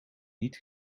niet